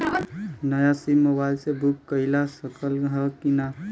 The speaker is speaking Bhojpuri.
नया सिम मोबाइल से बुक कइलजा सकत ह कि ना?